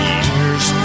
years